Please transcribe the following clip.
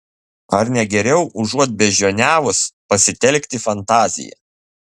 ar ne geriau užuot beždžioniavus pasitelkti fantaziją